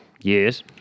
yes